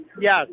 Yes